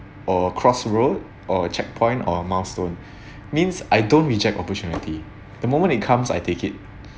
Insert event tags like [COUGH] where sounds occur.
or cross road or checkpoint or milestone [BREATH] means I don't reject opportunity the moment it comes I take it